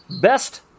Best